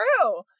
true